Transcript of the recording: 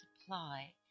supply